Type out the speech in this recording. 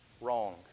wrong